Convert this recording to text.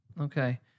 okay